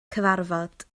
cyfarfod